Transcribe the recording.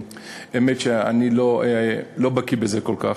האמת היא שאני לא בקי בזה כל כך.